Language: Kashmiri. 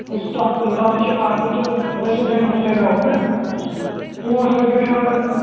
کُس تَتھ تَتھ تہِ چھِ اَکھ ہُہ تہٕ مطلب یُس أسۍ تَمہِ برونٛٹھ ترٛاوو نا پانٛژھ رۄپیہِ چھِ اَکھ گژھان